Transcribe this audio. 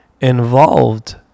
involved